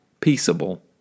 peaceable